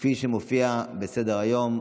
כפי שמופיע בסדר-היום.